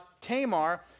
Tamar